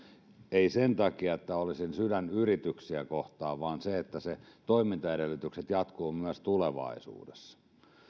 ei sen takia että olisin sydän yrityksiä kohtaan että ne toimintaedellytykset jatkuvat myös tulevaisuudessa